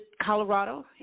Colorado